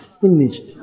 finished